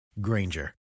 Granger